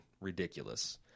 ridiculous